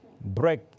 break